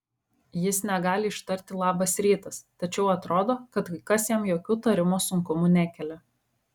jis negali ištarti labas rytas tačiau atrodo kad kai kas jam jokių tarimo sunkumų nekelia